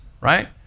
right